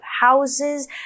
houses